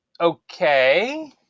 okay